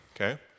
Okay